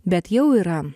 bet jau yra